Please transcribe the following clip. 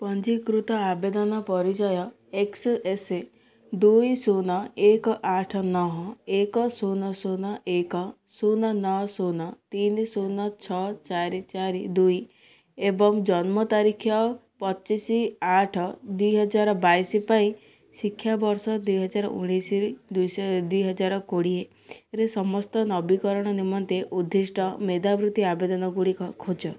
ପଞ୍ଜୀକୃତ ଆବେଦନ ପରିଚୟ ଏକ୍ସ ଏସ୍ ଦୁଇ ଶୂନ ଏକ ଆଠ ନଅ ଏକ ଶୂନ ଶୂନ ଏକ ଶୂନ ନଅ ଶୂନ ତିନି ଶୂନ ଛଅ ଚାରି ଚାରି ଦୁଇ ଏବଂ ଜନ୍ମ ତାରିଖ ପଚିଶ ଆଠ ଦୁଇ ହଜାର ବାଇଶ ପାଇଁ ଶିକ୍ଷାବର୍ଷ ଦୁଇ ହଜାର ଉଣେଇଶହ ଦୁଇ ହଜାର କୋଡ଼ିଏ ରେ ସମସ୍ତ ନବୀକରଣ ନିମନ୍ତେ ଉଦ୍ଦିଷ୍ଟ ମେଧାବୃତ୍ତି ଆବେଦନ ଗୁଡ଼ିକ ଖୋଜ